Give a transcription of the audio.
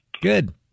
Good